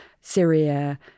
Syria